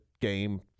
game